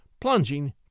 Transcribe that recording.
plunging